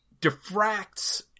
diffracts